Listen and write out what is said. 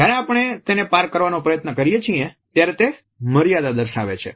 જ્યારે આપણે તેને પાર કરવાનો પ્રયત્ન કરીએ છીએ ત્યારે તે મર્યાદા દર્શાવે છે